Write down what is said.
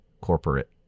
corporate